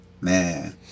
man